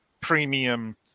premium